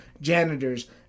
janitors